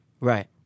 Right